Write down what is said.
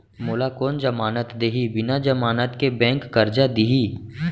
मोला कोन जमानत देहि का बिना जमानत के बैंक करजा दे दिही?